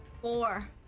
Four